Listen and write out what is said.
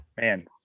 man